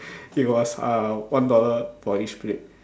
it was uh one dollar for each plate